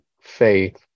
faith